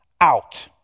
out